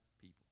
people